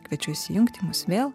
kviečiu įsijungti mus vėl